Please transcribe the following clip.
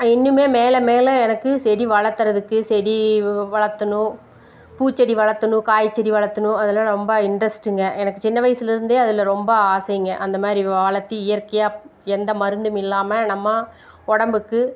இன்னுமே மேலே மேலே எனக்கு செடி வளர்ளத்துறதுக்கு செடி வளர்த்தணும் பூச்செடி வளர்த்தணும் காய்ச்செடி வளர்த்தணும் அதெல்லாம் ரொம்ப இன்ட்ரெஸ்ட்டுங்க எனக்கு சின்ன வயசுலேருந்தே அதில் ரொம்ப ஆசைங்க அந்த மாதிரி வளர்த்தி இயற்கையாக எந்த மருந்தும் இல்லாமல் நம்ம உடம்புக்கு